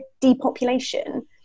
depopulation